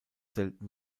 selten